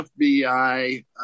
FBI